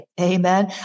Amen